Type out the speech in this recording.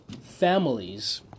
families